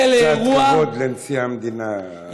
קצת כבוד לנשיא המדינה.